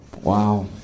Wow